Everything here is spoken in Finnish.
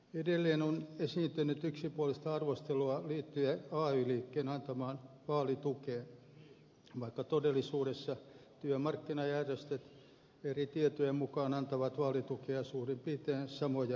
edelleen on esiintynyt yksipuolista arvostelua liittyen ay liikkeen antamaan vaalitukeen vaikka todellisuudessa työmarkkinajärjestöt eri tietojen mukaan antavat vaalitukea suurin piirtein samoja määriä